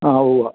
ആ ഉവ്വ